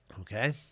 Okay